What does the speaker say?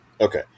Okay